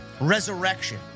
resurrection